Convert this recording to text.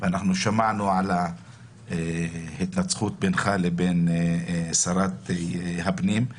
שמענו גם על ההתנצחות בינך לבין שרת הפנים.